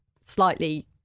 slightly